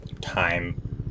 time